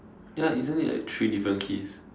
ya isn't it like three different keys